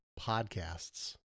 podcasts